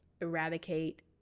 eradicate